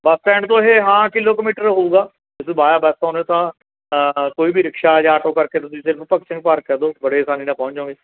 ਬਸ stand ਤੋਂ ਇਹ ਹਾਂ ਕਿਲੋਮੀਟਰ ਕੁ ਹੋਊਗਾ ਜੇ ਵਾਇਆ ਬੱਸ ਆਉਂਦੇ ਤਾਂ ਕੋਈ ਵੀ ਰਿਕਸ਼ਾ ਜਾਂ ਆਟੋ ਕਰਕੇ ਤੁਸੀਂ ਸਿਰਫ ਭਗਤ ਸਿੰਘ ਪਾਰਕ ਕਹਿ ਦਿਉ ਬੜੇ ਅਸਾਨੀ ਨਾਲ ਪਹੁੰਚ ਜਾਉਂਗੇ